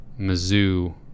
Mizzou